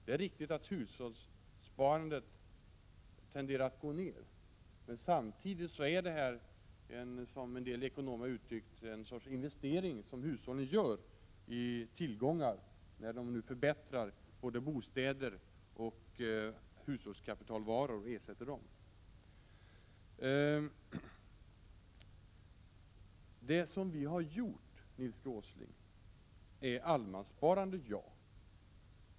Det är riktigt att hushållssparandet tenderar att gå ner, men samtidigt handlar det om, som en del ekonomer har uttryckt det, en sorts investeringar som hushållen gör i tillgångar, när de nu förbättrar både bostäder och hushållskapitalvaror och ersätter dem. Visst har vi, Nils G Åsling, gjort insatser i form av allemanssparandet.